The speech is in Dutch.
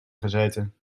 gezeten